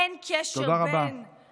אין קשר בין, תודה רבה.